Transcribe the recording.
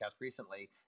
recently